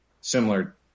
similar